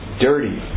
dirty